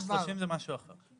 ה-30 זה משהו אחר.